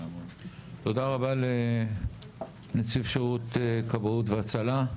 תודה רבה לנציב שירות כבאות והצלה.